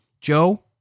Joe